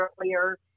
earlier